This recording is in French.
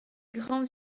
grand